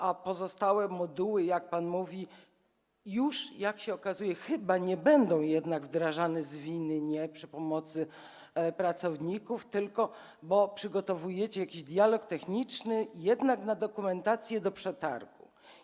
A pozostałe moduły, jak pan mówi, już, jak się okazuje, chyba nie będą jednak wdrażane zwinnie przy pomocy pracowników, bo przygotowujecie jakiś dialog techniczny jednak na dokumentację do przetargu.